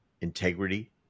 integrity